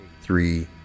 three